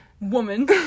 woman